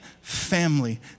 family